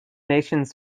nations